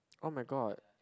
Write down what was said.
[oh]-my-god